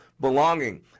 Belonging